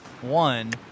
One